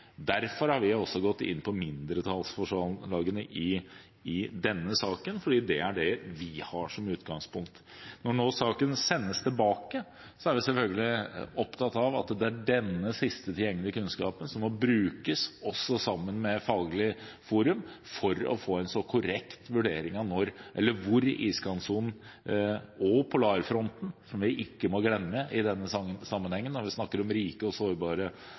Derfor har vi også gått inn på mindretallsforslagene i denne saken, fordi det er det vi har som utgangspunkt. Når saken nå sendes tilbake, er vi selvfølgelig opptatt av at det er den sist tilgjengelige kunnskapen som må brukes, også sammen med Faglig forum, for å få en så korrekt vurdering som mulig av iskantsonen og polarfronten – som vi ikke må glemme i denne sammenheng når vi snakker om rike og sårbare